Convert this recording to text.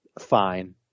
fine